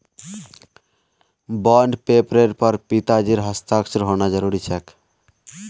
bond पेपरेर पर पिताजीर हस्ताक्षर होना जरूरी छेक